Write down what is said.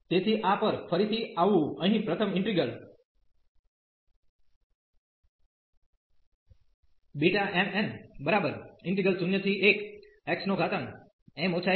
તેથી આ પર ફરીથી આવવું અહીં પ્રથમ integral Bmn01xm 11 xn 1dx m0n0